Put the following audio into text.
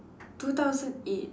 two thousand eight